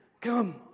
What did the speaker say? come